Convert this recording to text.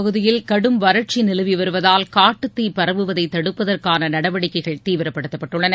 பகுதியில் கடும் வறட்சிநிலவிவருவதால் காட்டுத்தீ முதுமலைகாப்பகப் பரவுவதைதடுப்பதற்கானநடவடிக்கைகள் தீவிரப்படுத்தப்பட்டுள்ளன